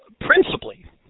principally